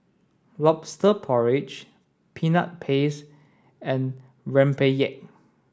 lobster porridge peanut paste and Rempeyek